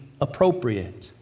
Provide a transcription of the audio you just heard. appropriate